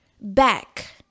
back